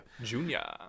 Junior